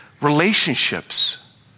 relationships